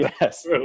yes